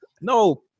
No